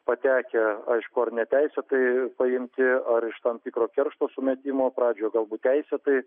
patekę aišku ar neteisėtai paimti ar iš tam tikro keršto sumetimo pradžioj galbūt teisėtai